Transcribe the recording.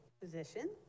position